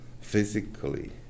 physically